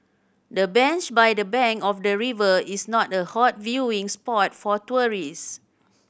the bench by the bank of the river is not a hot viewing spot for tourists